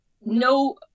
no